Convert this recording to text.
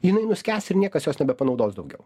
jinai nuskęs ir niekas jos nebepanaudos daugiau